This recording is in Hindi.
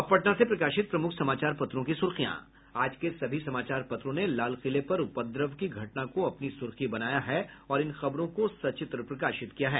अब पटना से प्रकाशित प्रमुख समाचार पत्रों की सुर्खियां आज के सभी समाचार पत्रों ने लाल किले पर उपद्रव की घटना को अपनी सुर्खी बनाया है और इन खबरों को सचित्र प्रकाशित किया है